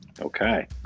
okay